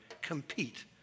compete